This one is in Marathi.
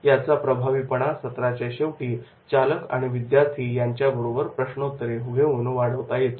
याचा प्रभावीपणा सत्राच्या शेवटी चालक आणि विद्यार्थी यांच्याबरोबर प्रश्नोत्तरे घेऊन वाढवता येतो